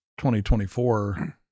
2024